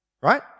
Right